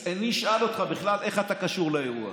אני אשאל אותך בכלל איך אתה קשור לאירוע.